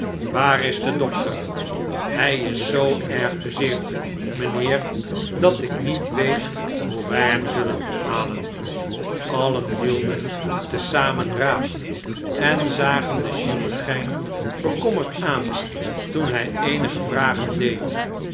waar is de dokter hij is zoo erg bezeerd mijnheer dat ik niet weet hoe wij hem zullen opbalen allen hielden te zamen raad en zagen den chirurgijn bekommerd aan toen hij eenige vragen deed